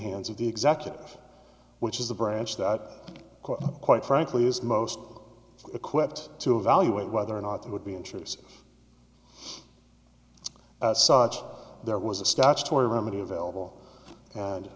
hands of the executive which is the branch that quite frankly is most equipped to evaluate whether or not there would be intrusive such there was a statutory remedy available and